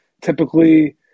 Typically